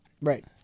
Right